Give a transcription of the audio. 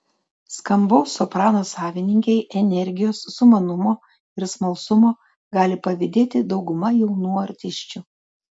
skambaus soprano savininkei energijos sumanumo ir smalsumo gali pavydėti dauguma jaunų artisčių